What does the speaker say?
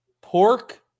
Pork